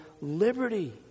liberty